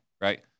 right